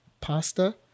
pasta